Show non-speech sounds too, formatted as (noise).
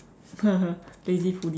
(laughs) lazy foodie